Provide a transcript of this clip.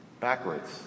backwards